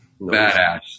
Badass